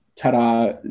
ta-da